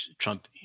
Trump